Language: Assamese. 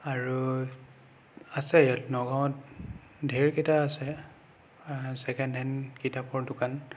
আৰু আছে ইয়াত নগাঁৱত ধেৰ কেইটা আছে ছেকেণ্ড হেণ্ড কিতাপৰ দোকান